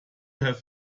have